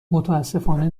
متأسفانه